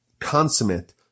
consummate